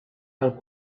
għall